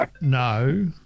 No